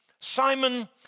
Simon